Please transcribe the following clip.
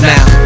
Now